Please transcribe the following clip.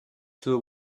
till